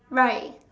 right